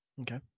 Okay